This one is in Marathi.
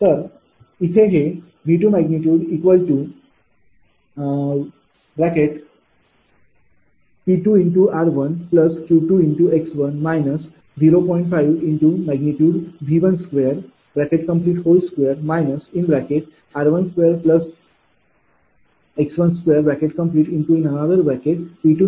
तर येथे हे V2𝑃𝑟𝑄𝑥−0